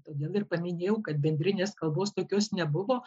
todėl ir paminėjau kad bendrinės kalbos tokios nebuvo